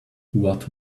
what